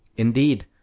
indeed,